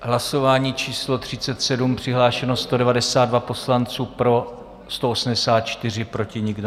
Hlasování číslo 37, přihlášeno 192 poslanců, pro 184, proti nikdo.